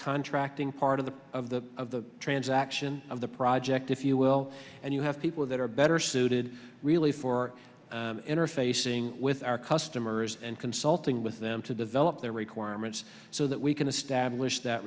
contracting part of the of the of the transaction of the project if you will and you have people that are better suited really for interfacing with our customers and consulting with them to develop their requirements so that we can establish that